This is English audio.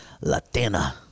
Latina